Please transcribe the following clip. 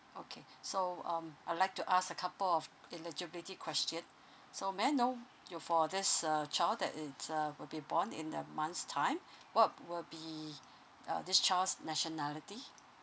okay so um I'd like to ask a couple of eligibility question so may I know your for this uh child that it uh will be born in the month's time what will be uh this child's nationality